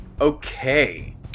Okay